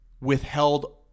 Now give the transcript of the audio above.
withheld